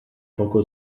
poco